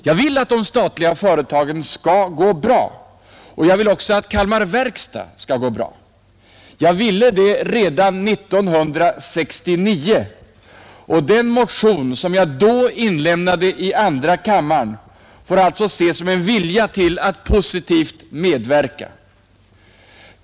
Jag vill att de statliga företagen skall gå bra, och jag vill också att Kalmar verkstads AB skall gå bra. Det ville jag redan 1969, och den motion som jag då väckte i andra kammaren får ses som ett bevis för min vilja till positiv medverkan.